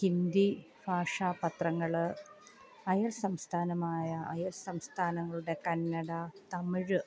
ഹിന്ദി ഭാഷാ പത്രങ്ങൾ അയൽസംസ്ഥാനമായ അയൽ സംസ്ഥാനങ്ങളുടെ കന്നഡ തമിഴ്